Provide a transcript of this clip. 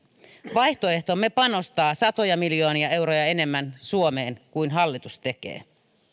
vaihtoehtomme panostaa suomeen satoja miljoonia euroja enemmän kuin hallitus tekee